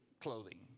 clothing